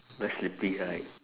very sleepy right